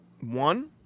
One